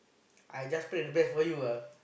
I just pray the best for you ah